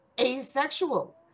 asexual